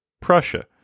Prussia